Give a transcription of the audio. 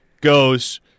goes